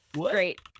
Great